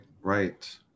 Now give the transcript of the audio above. right